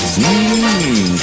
Mmm